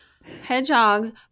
hedgehogs